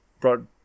brought